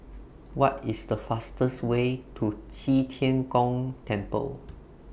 What IS The fastest Way to Qi Tian Gong Temple